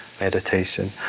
meditation